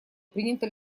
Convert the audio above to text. принято